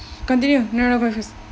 continue no no you go first